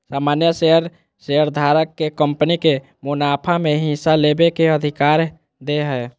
सामान्य शेयर शेयरधारक के कंपनी के मुनाफा में हिस्सा लेबे के अधिकार दे हय